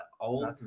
Old